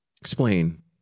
Explain